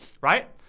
right